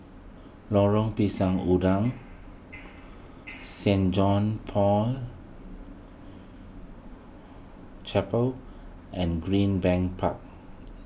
Lorong Pisang Udang Saint John's Paul Chapel and Greenbank Park